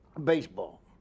Baseball